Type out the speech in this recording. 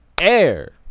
air